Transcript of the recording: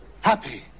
Happy